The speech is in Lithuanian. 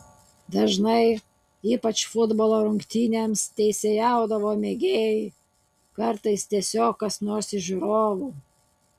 dažnai ypač futbolo rungtynėms teisėjaudavo mėgėjai kartais tiesiog kas nors iš žiūrovų